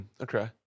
Okay